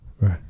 Right